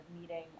meeting